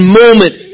moment